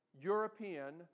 European